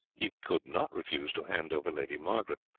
he could not refuse to hand over lady margaret.